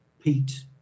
pete